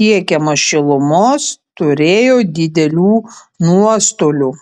tiekiamos šilumos turėjo didelių nuostolių